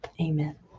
Amen